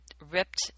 ripped